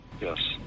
Yes